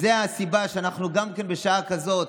זו הסיבה שאנחנו גם בשעה כזאת,